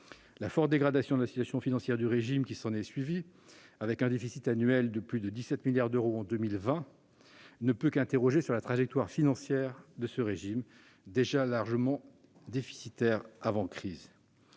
La forte dégradation de la situation financière du régime qui s'est ensuivie, avec un déficit annuel de plus de 17 milliards d'euros en 2020, ne peut qu'interroger sur la trajectoire financière de ce régime, déjà largement déficitaire avant la crise.